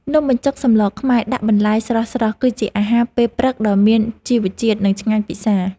នំបញ្ចុកសម្លខ្មែរដាក់បន្លែស្រស់ៗ គឺជាអាហារពេលព្រឹកដ៏មានជីវជាតិ និងឆ្ងាញ់ពិសា។